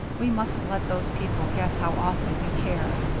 we mustn't let those people guess how awfully we care.